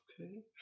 okay